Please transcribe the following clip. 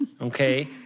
Okay